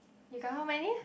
you got how many